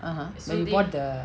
(uh huh) when you bought the